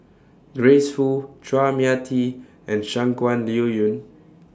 Grace Fu Chua Mia Tee and Shangguan Liuyun